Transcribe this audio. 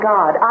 God